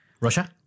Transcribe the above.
Russia